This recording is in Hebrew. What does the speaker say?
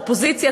אופוזיציה,